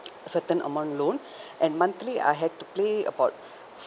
certain amount loan and monthly I had to pay about